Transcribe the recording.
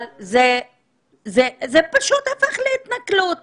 אבל זה פשוט הפך להתנכלות